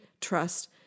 trust